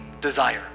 desire